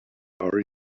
are